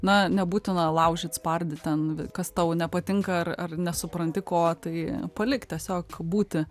na nebūtina laužyt spardyt ten kas tau nepatinka ar ar nesupranti ko tai palik tiesiog būti